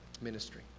ministry